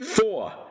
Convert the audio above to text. Four